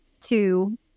two